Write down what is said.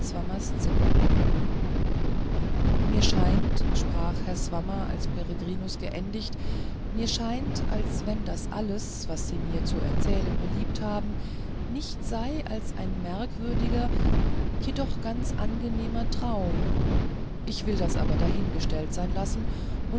zimmer mir scheint sprach herr swammer als peregrinus geendigt mir scheint als wenn das alles was sie mir zu erzählen beliebt haben nichts sei als ein merkwürdiger jedoch ganz angenehmer traum ich will das aber dahingestellt sein lassen